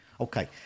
Okay